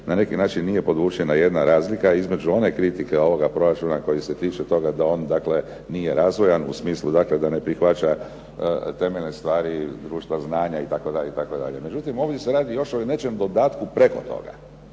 Na neki način nije podvučena jedna razlika, a između one kritike ovoga proračuna koji se tiče toga da on, dakle nije razvojan u smislu dakle da ne prihvaća temeljne stvari društva znanja itd. itd. Međutim, ovdje se radi još o nečem dodatku preko toga,